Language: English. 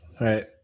Right